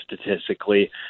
statistically